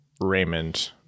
Raymond